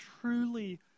truly